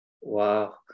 Wow